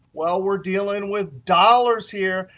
well, we're dealing with dollars here.